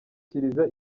kiliziya